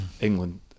England